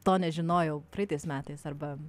to nežinojau praeitais metais arba